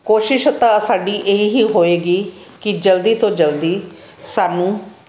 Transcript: ਕੋਸ਼ਿਸ਼ ਤਾਂ ਸਾਡੀ ਇਹ ਹੀ ਹੋਵੇਗੀ ਕਿ ਜਲਦੀ ਤੋਂ ਜਲਦੀ ਸਾਨੂੰ